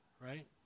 right